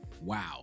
Wow